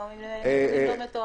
האם אין כאן כפילות מיותרת?